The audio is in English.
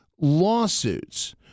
lawsuits